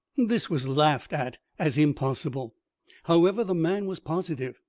this was laughed at as impossible however, the man was positive,